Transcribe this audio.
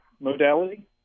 modality